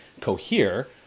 Cohere